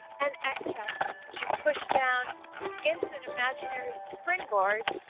and exhale as you push down into an imaginary springboard